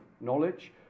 knowledge